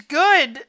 good